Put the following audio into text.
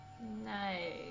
Nice